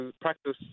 practice